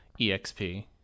EXP